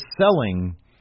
selling